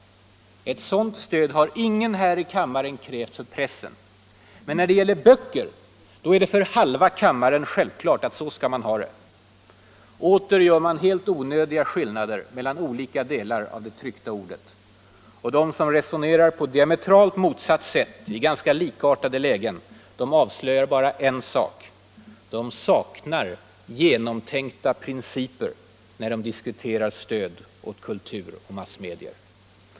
Ett sådant stöd har ingen här i kammaren krävt för pressen. Men när det gäller böcker är det för halva kammaren självklart att så skall man ha det. Åter gör man helt onödiga skillnader mellan olika delar av det tryckta ordet. Och de som resonerar på diametralt motsatt sätt i ganska likartade lägen avslöjar bara en sak: de saknar genomtänkta principer när de diskuterar stöd åt kultur och massmedier.